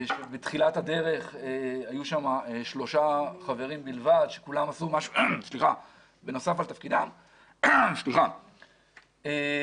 בתחילת הדרך היו שם שלושה חברים בלבד שבנוסף על תפקידם עשו עוד דברים.